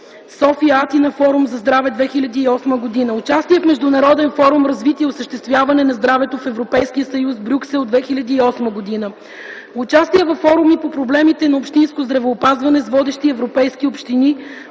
„София – Атина: форум за здраве” (2008 г.), участие в Международен форум „Развитие и осъществяване на здравето в Европейския съюз” в Брюксел през 2008 г., участие във форуми по проблемите на общинското здравеопазване с водещи европейски общини